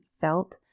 felt